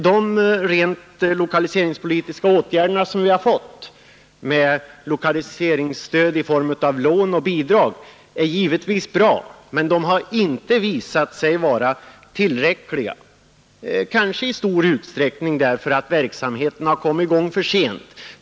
De rent lokaliseringspolitiska åtgärder som kommit oss till del i form av lån och bidrag är givetvis bra, men de har inte visat sig vara tillräckliga. Kanske beror detta i stor utsträckning på att verksamheten kommit i gång för sent.